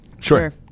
Sure